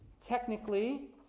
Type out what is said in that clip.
Technically